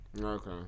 okay